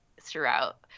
throughout